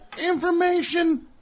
information